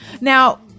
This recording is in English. Now